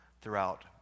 throughout